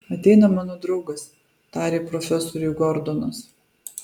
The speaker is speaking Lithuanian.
ateina mano draugas tarė profesoriui gordonas